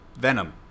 venom